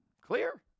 Clear